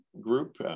group